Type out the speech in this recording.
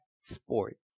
sport